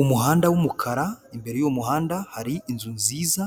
Umuhanda w'umukara, imbere y'uwo muhanda hari inzu nziza,